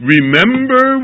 Remember